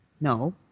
No